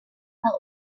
help